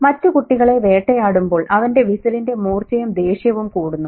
മറ്റ് കുട്ടികളെ വേട്ടയാടുമ്പോൾ അവന്റെ വിസിലിന്റെ മൂർച്ചയും ദേഷ്യവും കൂടുന്നു